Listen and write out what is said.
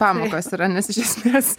pamokos yra nes iš esmės